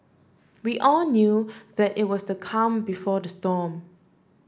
we all knew that it was the calm before the storm